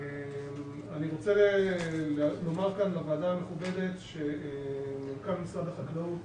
אני רוצה לומר כאן לוועדה המכובדת שמנכ"ל משרד החקלאות